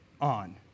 on